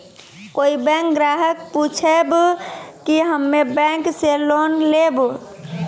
कोई बैंक ग्राहक पुछेब की हम्मे बैंक से लोन लेबऽ?